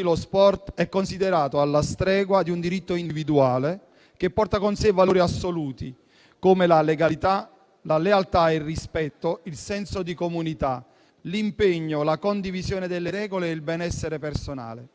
Lo sport è considerato alla stregua di un diritto individuale, che porta con sé valori assoluti, come la legalità, la lealtà, il rispetto, il senso di comunità, l'impegno, la condivisione delle regole e il benessere personale.